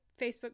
Facebook